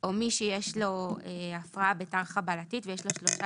או מי שיש לו הפרעה בתר-חבלתית ויש לו שלושה